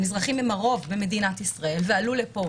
המזרחיים הם הרוב במדינת ישראל ועלו לפה